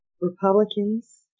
Republicans